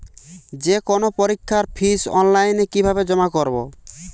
যে কোনো পরীক্ষার ফিস অনলাইনে কিভাবে জমা করব?